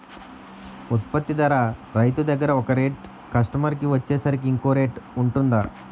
ఉత్పత్తి ధర రైతు దగ్గర ఒక రేట్ కస్టమర్ కి వచ్చేసరికి ఇంకో రేట్ వుంటుందా?